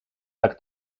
tak